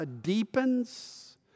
deepens